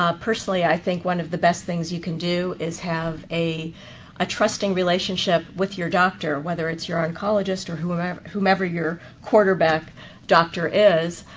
ah personally, i think one of the best things you can do is have a ah trusting relationship with your doctor, whether it's your oncologist or whomever whomever your quarterback doctor is,